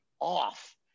off